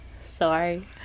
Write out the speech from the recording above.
Sorry